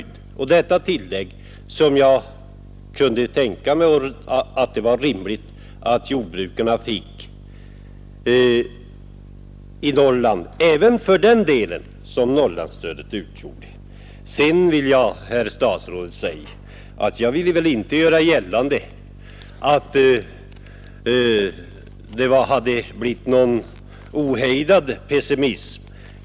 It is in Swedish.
Det är detta skydd som jag kunde tänka mig att det var rimligt att jordbrukarna fick i Norrland även när det gällde den del som Norrlandsstödet utgjorde. Sedan vill jag säga, herr statsråd, att jag väl inte ville göra gällande att det hade blivit någon ohejdad pessimism.